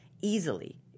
easily